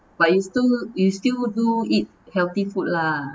but you still you still do eat healthy food lah